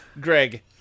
Greg